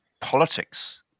politics